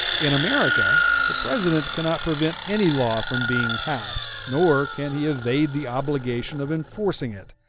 in america the president cannot prevent any law from being passed, nor can he evade the obligation of enforcing it.